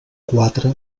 quatre